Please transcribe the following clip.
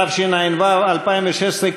התשע"ו 2016,